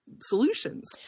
solutions